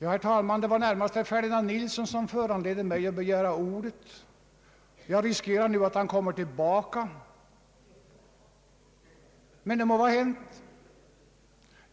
Herr talman! Det var närmast herr Ferdinand Nilsson som föranledde mig att begära ordet. Jag riskerar nu att han kommer tillbaka, men det må vara hänt.